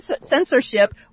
censorship